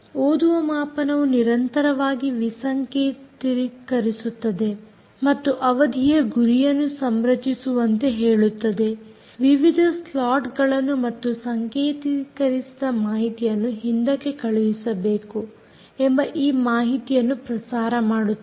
ಓದುವ ಮಾಪನವು ನಿರಂತರವಾಗಿ ವಿಸಂಕೇತಿಕರಿಸುತ್ತದೆ ಮತ್ತು ಅವಧಿಯ ಗುರಿಯನ್ನು ಸಂರಚಿಸುವಂತೆ ಹೇಳುತ್ತದೆ ವಿವಿಧ ಸ್ಲಾಟ್ಗಳನ್ನು ಮತ್ತು ಸಂಕೇತಿಕರಿಸಿದ ಮಾಹಿತಿಯನ್ನು ಹಿಂದಕ್ಕೆ ಕಳಿಸಬೇಕು ಎಂಬ ಈ ಮಾಹಿತಿಯನ್ನು ಪ್ರಸಾರ ಮಾಡುತ್ತದೆ